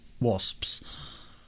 wasps